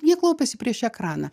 jie klaupiasi prieš ekraną